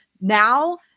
Now